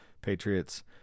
Patriots